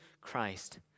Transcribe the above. Christ